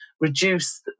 reduce